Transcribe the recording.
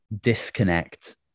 disconnect